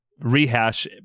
rehash